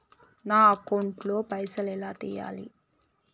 నా అకౌంట్ ల పైసల్ ఎలా తీయాలి?